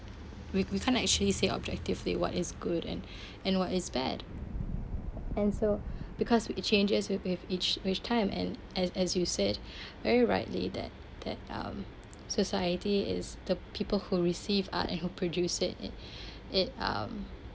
we we can't actually say objectively what is good and and what is bad and so because it changes with with each each time and as as you said very rightly that that um society is the people who received art and who produce it it it um